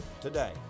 today